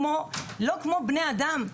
לא כבני אדם,